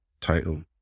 title